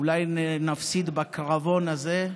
אולי נפסיד בקרבון הזה,